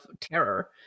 terror